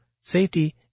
safety